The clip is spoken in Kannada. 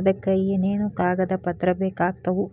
ಅದಕ ಏನೇನು ಕಾಗದ ಪತ್ರ ಬೇಕಾಗ್ತವು?